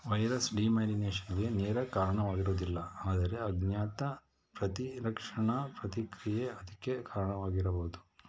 virus ಡಿಮೈಲಿನೇಶನ್ಗೆ ನೇರ ಕಾರಣವಾಗಿರುವುದಿಲ್ಲ ಆದರೆ ಅಜ್ಞಾತ ಪ್ರತಿ ರಕ್ಷಣಾ ಪ್ರತಿಕ್ರಿಯೆ ಅದಕ್ಕೆ ಕಾರಣವಾಗಿರಬಹುದು